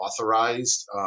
authorized